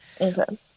Okay